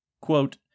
Quote